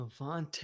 Avante